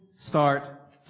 start